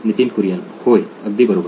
नितीन कुरियन होय अगदी बरोबर